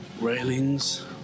Railings